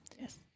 Yes